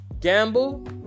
gamble